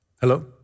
Hello